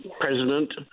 President